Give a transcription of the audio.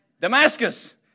Damascus